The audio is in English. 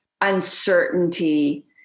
uncertainty